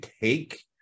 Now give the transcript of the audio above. take